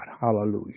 Hallelujah